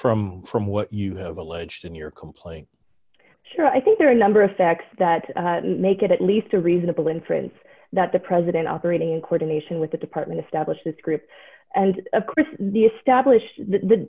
from from what you have alleged in your complaint sure i think there are a number of facts that make it at least a reasonable inference that the president operating in coordination with the department establishes script and of course the established the